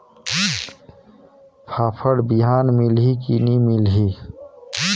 फाफण बिहान मिलही की नी मिलही?